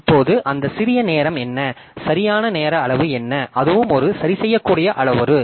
இப்போது அந்த சிறிய நேரம் என்ன சரியான நேர அளவு என்ன அதுவும் ஒரு சரிசெய்யக்கூடிய அளவுரு